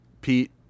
Pete